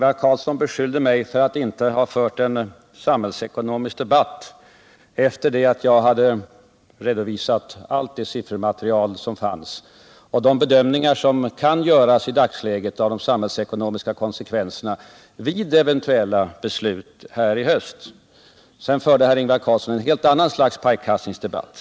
Herr talman! Efter det att jag redovisat allt det siffermaterial som fanns och de bedömningar som kan göras i dagsläget av de samhällsekonomiska konsekvenserna vid eventuella beslut i höst beskyllde Ingvar Carlsson mig för att inte ha fört en samhällsekonomisk debatt. Och så förde herr Ingvar Carlsson en helt annan slags pajkastningsdebatt.